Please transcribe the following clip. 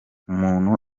umuntu